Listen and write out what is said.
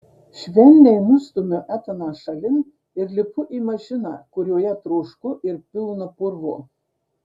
švelniai nustumiu etaną šalin ir lipu į mašiną kurioje trošku ir pilna purvo